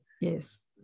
Yes